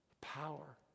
Power